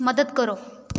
ਮਦਦ ਕਰੋ